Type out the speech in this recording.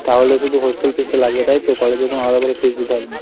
তাহলে শুধু হোস্টেল ফিসটা লাগবে তাই তো কলেজের কোনো আলাদা করে ফিস দিতে হবে না